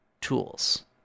tools